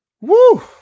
Woo